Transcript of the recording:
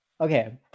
Okay